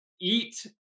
eat